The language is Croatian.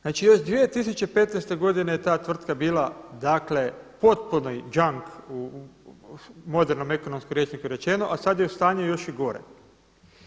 Znači još 2015. godine je ta tvrtka bila, dakle potpuno junk u modernom ekonomskom rječniku rečeno, a sad je u stanju još i gorem.